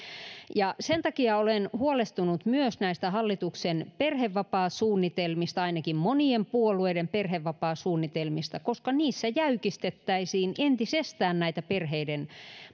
sen takia olen huolestunut myös näistä hallituksen perhevapaasuunnitelmista ainakin monien puolueiden perhevapaasuunnitelmista koska tuomalla kiintiöitä niissä jäykistettäisiin entisestään perheiden